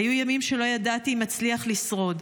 היו ימים שלא ידעתי אם אצליח לשרוד.